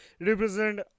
represent